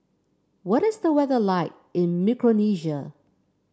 what is the weather like in Micronesia